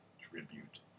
Tribute